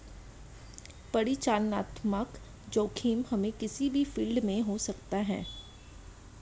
परिचालनात्मक जोखिम हमे किसी भी फील्ड में हो सकता है